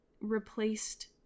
replaced